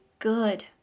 good